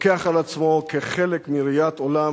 לוקח על עצמו כחלק מראיית עולם